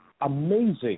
amazing